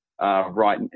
right